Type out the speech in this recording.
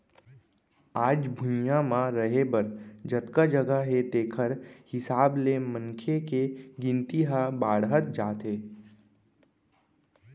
आज भुइंया म रहें बर जतका जघा हे तेखर हिसाब ले मनखे के गिनती ह बाड़हत जात हे